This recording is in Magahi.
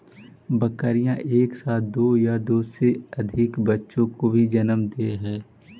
बकरियाँ एक साथ दो या दो से अधिक बच्चों को भी जन्म दे हई